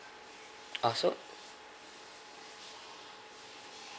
uh so